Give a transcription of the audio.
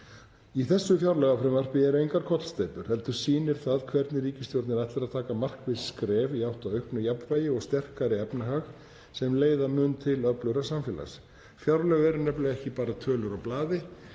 Í þessu fjárlagafrumvarpi eru engar kollsteypur heldur sýnir það hvernig ríkisstjórnin ætlar að taka markviss skref í átt að auknu jafnvægi og sterkari efnahag sem leiða mun til öflugra samfélags. Fjárlög eru nefnilega ekki bara tölur á blaði.